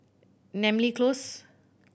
Namly Close